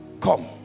Come